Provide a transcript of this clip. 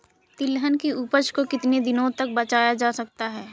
तिलहन की उपज को कितनी दिनों तक बचाया जा सकता है?